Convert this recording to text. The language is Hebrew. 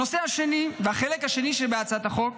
הנושא השני והחלק השני בהצעת החוק